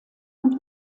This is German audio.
und